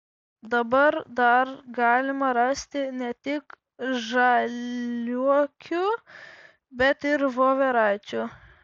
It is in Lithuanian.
dabar dar galima rasti ne tik žaliuokių bet ir voveraičių